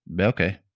okay